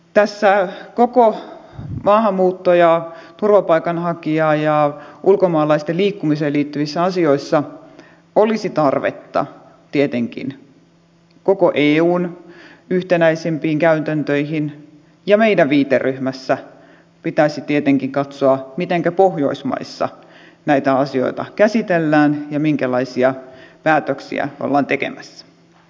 tässä koko maahanmuuttoon ja turvapaikanhakijoihin ja ulkomaalaisten liikkumiseen liittyvissä asioissa olisi tietenkin tarvetta koko eun yhtenäisimpiin käytäntöihin ja meidän viiteryhmässämme pitäisi tietenkin katsoa mitenkä pohjoismaissa näitä asioita käsitellään ja minkälaisia päätöksiä ollaan tekemässä